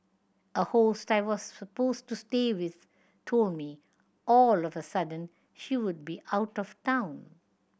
a host I was supposed to stay with told me all of a sudden she would be out of town